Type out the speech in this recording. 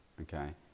okay